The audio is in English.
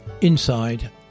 Inside